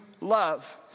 love